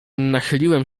nachyliłem